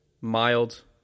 mild